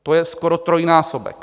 To je skoro trojnásobek.